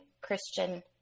Christian